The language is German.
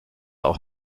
auch